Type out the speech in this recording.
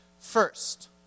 First